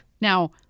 Now